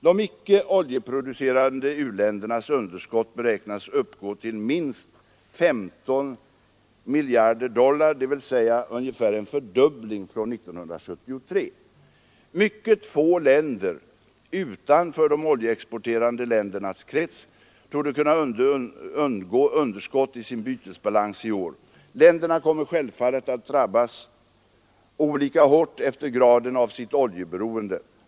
De icke-oljeproducerande u-ländernas underskott beräknas uppgå till minst 15 miljarder dollar, dvs. ungefär en fördubbling från 1973. Mycket få länder utanför de oljeexporterande ländernas krets torde kunna undgå underskott i sin bytesbalans i år. Länderna kommer självfallet att drabbas olika hårt efter graden av sitt oljeberoende.